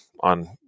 on